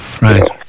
Right